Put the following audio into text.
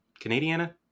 Canadiana